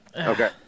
okay